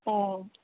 ꯑꯣ